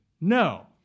No